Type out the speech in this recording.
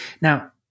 Now